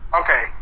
Okay